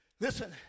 Listen